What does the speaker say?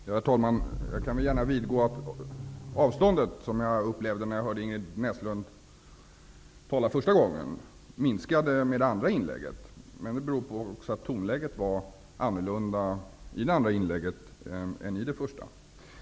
Herr talman! Jag vidgår gärna att avståndet som jag upplevde när jag hörde Ingrid Näslund tala första gången minskade i det andra inlägget. Men det beror också på att tonläget i det andra inlägget var annorlunda än i det första.